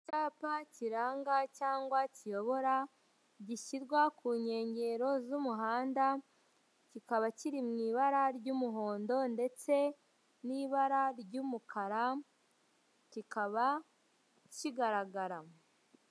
Icyapa kiranga cyangwa kiyobora gishyirwa ku nkengero z'umuhanda, kikaba kiri mu ibara ry'umuhondo ndetse n'ibara ry'umukara kikaba kigaragara.